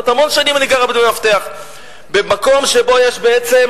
המון שנים אני גרה בדמי מפתח במקום שבו יש בעצם